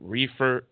Reefer